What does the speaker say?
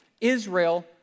Israel